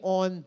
on